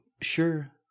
Sure